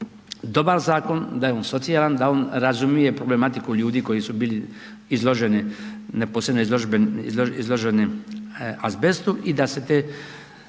dobar zakon, da je on socijalan, da on razumije problematiku ljudi koji su bili izloženi, neposredno izloženi azbestu i da se te